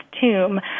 tomb